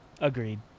Agreed